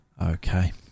Okay